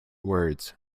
words